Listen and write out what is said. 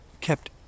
kept